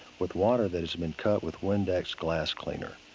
with water that has been cut with windex glass cleaner.